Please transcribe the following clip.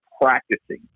practicing